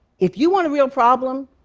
if you want a real problem,